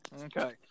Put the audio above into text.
Okay